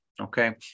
okay